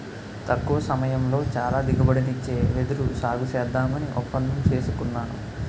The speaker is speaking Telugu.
తక్కువ సమయంలో చాలా దిగుబడినిచ్చే వెదురు సాగుసేద్దామని ఒప్పందం సేసుకున్నాను